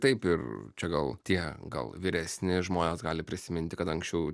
taip ir čia gal tie gal vyresni žmonės gali prisiminti kad anksčiau